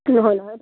নহয় নহয়